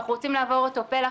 אנחנו רוצים לעבור אותו פלח,